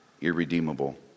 irredeemable